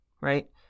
right